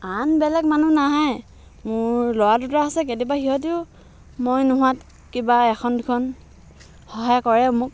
আন বেলেগ মানুহ নাহে মোৰ ল'ৰা দুটা আছে কেতিয়াবা সিহঁতিও মই নোহোৱাত কিবা এখন দুখন সহায় কৰে মোক